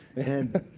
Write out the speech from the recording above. and